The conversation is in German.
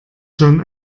schon